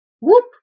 Whoop